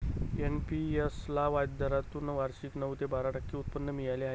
NPS ला व्याजदरातून वार्षिक नऊ ते बारा टक्के उत्पन्न मिळाले आहे